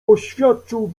oświadczył